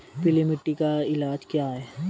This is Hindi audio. पीली मिट्टी का इलाज क्या है?